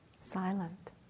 silent